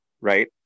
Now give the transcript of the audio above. right